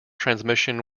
transmission